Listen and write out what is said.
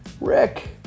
Rick